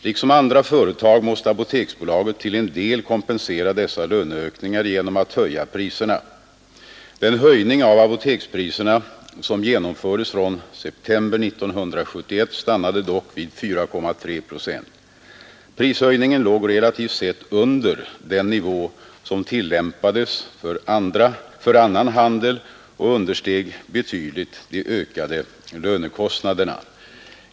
Liksom andra företag måste Apoteksbolaget till en del kompensera dessa löneökningar genom att höja priserna. Den höjning av apotekspriserna som genomfördes från september 1971 stannade dock vid 4,3 procent. Prishöjningen låg relativt sett under den nivå som tillämpades för annan handel och understeg betydligt de ökade lönekostnaderna.